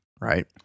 right